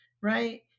right